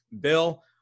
Bill